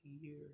years